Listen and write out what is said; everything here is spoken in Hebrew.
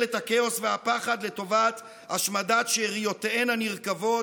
את הקורונה, יא חתיכת, כדאי שתורידי את המסכות.